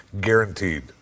Guaranteed